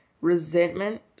resentment